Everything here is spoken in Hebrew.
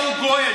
גוי.